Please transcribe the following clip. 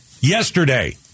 Yesterday